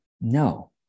No